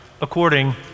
according